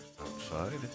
outside